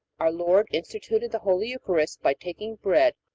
our lord instituted the holy eucharist by taking bread,